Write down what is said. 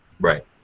right